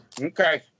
Okay